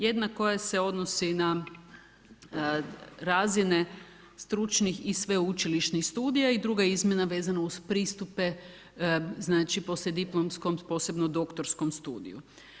Jedna koja se odnosi na razine stručnih i sveučilišnih studija i druga izmjena vezana uz pristupe poslijediplomskog, posebno doktorskom studiju.